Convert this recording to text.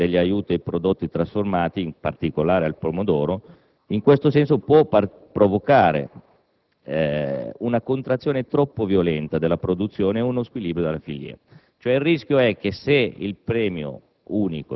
un immediato disaccoppiamento totale degli aiuti ai prodotti trasformati, in particolare al pomodoro, in questo senso possa provocare una contrazione troppo violenta della produzione e uno squilibrio della filiera.